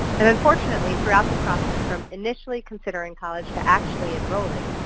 and, unfortunately, throughout the process from initially considering college to actually enrolling,